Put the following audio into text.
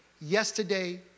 yesterday